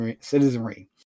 citizenry